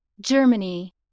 Germany